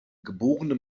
geborene